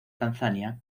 tanzania